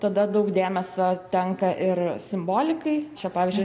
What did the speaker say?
tada daug dėmesio tenka ir simbolikai čia pavyzdžiui